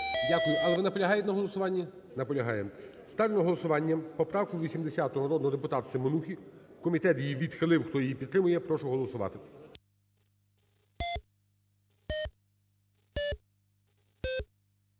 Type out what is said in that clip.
Дякую. Але ви наполягаєте на голосування? Наполягає. Ставлю на голосування поправку 80 народного депутата Семенухи, комітет її відхилив. Хто її підтримує, прошу голосувати.